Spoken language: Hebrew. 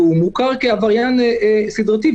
והוא מוכר כעבריין סדרתי,